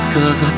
Cause